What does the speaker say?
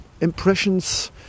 impressions